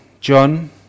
John